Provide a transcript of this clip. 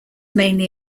mainly